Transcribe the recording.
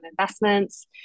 investments